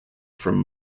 from